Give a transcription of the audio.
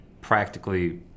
practically